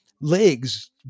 legs